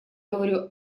говорю